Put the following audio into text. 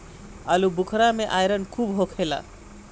आलूबुखारा में आयरन खूब होखेला